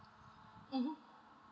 mmhmm